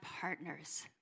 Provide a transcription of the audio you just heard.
partners